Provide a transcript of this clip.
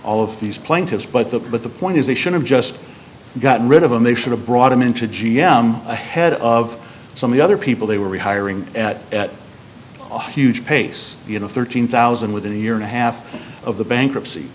all of these plaintiffs but the but the point is they should have just gotten rid of them they should have brought them into g m ahead of some of the other people they were retiring at a huge pace you know thirteen thousand dollars within a year and a half of the bankruptcy